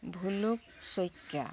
ভোলোক Saikia